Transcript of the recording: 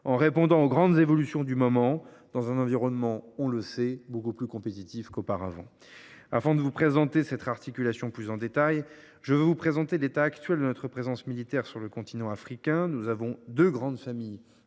en répondant aux grandes évolutions du moment, dans un environnement beaucoup plus compétitif qu’auparavant. Avant de vous présenter cette réarticulation plus en détail, je veux vous présenter l’état actuel de notre présence militaire sur le continent africain. Nous avons deux grandes familles